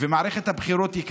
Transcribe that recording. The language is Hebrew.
מוזרה-משהו לוואדיות.